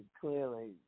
clearly